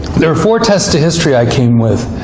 there are four tests to history i came with.